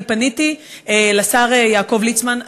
אני פניתי לשר יעקב ליצמן,